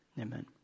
Amen